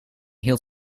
hield